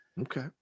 Okay